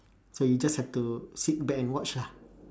so you just have to sit back and watch lah